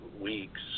weeks